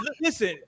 Listen